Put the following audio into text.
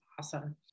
Awesome